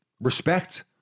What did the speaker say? respect